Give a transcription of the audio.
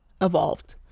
evolved